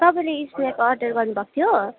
तपाईँले snack order गर्नु भएको थियो